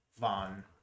von